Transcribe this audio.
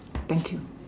thank you